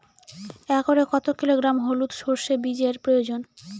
একরে কত কিলোগ্রাম হলুদ সরষে বীজের প্রয়োজন?